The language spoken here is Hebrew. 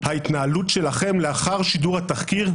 ההתנהלות שלכם לאחר שידור התחקיר,